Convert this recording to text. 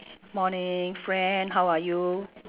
morning friend how are you